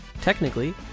technically